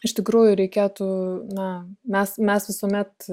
iš tikrųjų reikėtų na mes mes visuomet